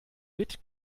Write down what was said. mit